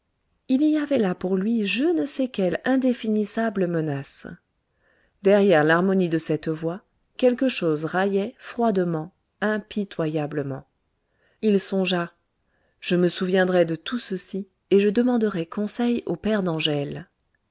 il y avait là pour lui je ne sais quelle indéfinissable menace derrière l'harmonie de cette voix quelque chose raillait froidement impitoyablement il songea je me souviendrai de tout ceci et je demanderai conseil au père d'angèle